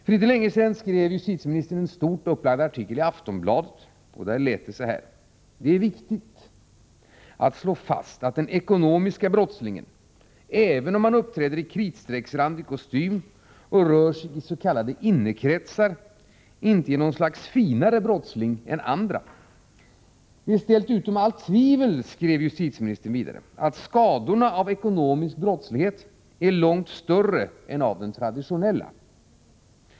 För inte länge sedan skrev justitieministern en stor artikel i Aftonbladet där följande står: Det är viktigt att slå fast att den ekonomiske brottslingen, även om han uppträder i kritstrecksrandig kostym och rör sig i s.k. innekretsar inte är något slags finare brottsling än andra. Det är ställt utom allt tvivel, skrev justitieministern vidare, att skadorna av ekonomisk brottslighet är långt större än av den traditionella.